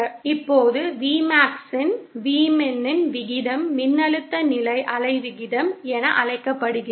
இப்போது Vmax இன் Vmin இன் விகிதம் மின்னழுத்த நிலை அலை விகிதம் என அழைக்கப்படுகிறது